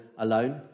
alone